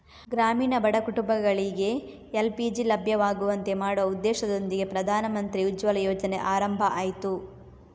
ಗ್ರಾಮೀಣ ಬಡ ಕುಟುಂಬಗಳಿಗೆ ಎಲ್.ಪಿ.ಜಿ ಲಭ್ಯವಾಗುವಂತೆ ಮಾಡುವ ಉದ್ದೇಶದೊಂದಿಗೆ ಪ್ರಧಾನಮಂತ್ರಿ ಉಜ್ವಲ ಯೋಜನೆ ಆರಂಭ ಆಯ್ತು